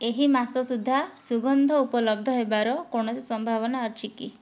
ଏହି ମାସ ସୁଦ୍ଧା ସୁଗନ୍ଧ ଉପଲବ୍ଧ ହେବାର କୌଣସି ସମ୍ଭାବନା ଅଛି କି